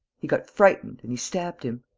he got frightened. and he stabbed him.